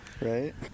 right